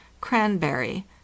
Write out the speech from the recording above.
Cranberry